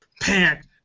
Pant